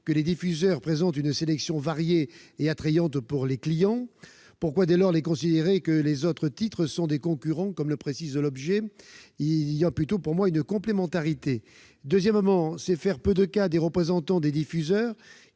que les diffuseurs présentent une sélection variée et attrayante pour les clients. Pourquoi dès lors considérer que les autres titres sont des « concurrents » comme le précise l'objet de l'amendement ? Il y a plutôt complémentarité. Deuxièmement, c'est faire peu de cas des représentants des diffuseurs,